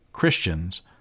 Christians